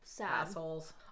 assholes